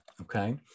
Okay